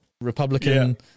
Republican